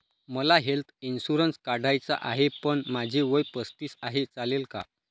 मला health insurance काढायचा आहे पण माझे वय पस्तीस आहे, चालेल का?